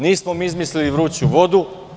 Nismo mi izmislili vruću vodu.